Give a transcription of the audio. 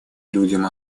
людям